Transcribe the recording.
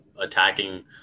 attacking